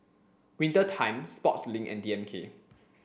Winter Time Sportslink and D M K